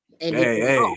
Hey